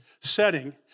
setting